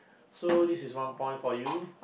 so this is one point for you